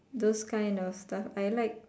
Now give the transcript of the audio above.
those kind of stuff I like